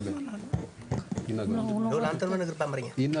(מדבר בשפה האמהרית, דבריו מתורגמים ע"י אחד